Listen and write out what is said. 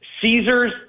Caesars